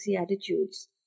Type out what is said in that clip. attitudes